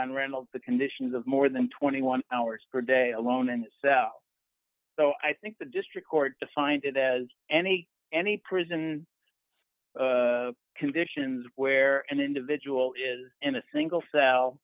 on reynolds the conditions of more than twenty one hours per day alone in itself so i think the district court defined it as any any prison conditions where an individual is in a single